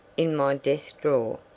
in my desk drawer.